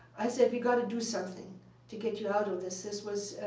i said, we got to do something to get you out of this. this was